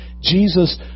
Jesus